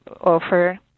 offer